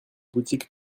boutique